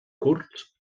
curts